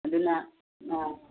ꯑꯗꯨꯅ ꯑꯥ